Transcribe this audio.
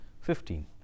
fifteen